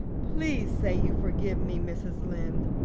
please say you forgive me, mrs. lynde.